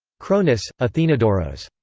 chronis, athinodoros.